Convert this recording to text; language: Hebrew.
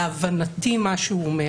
להבנתי מה שהוא אומר,